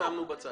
את זה שמנו בצד.